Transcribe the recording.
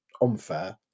unfair